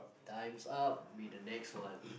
times up we the next one